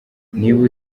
niba